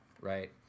right